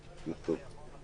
כמובן זו חובה